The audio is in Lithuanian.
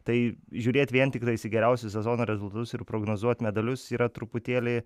tai žiūrėt vien tiktais į geriausius sezono rezultatus ir prognozuot medalius yra truputėlį